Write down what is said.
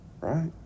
right